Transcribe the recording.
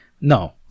No